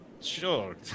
sure